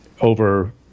over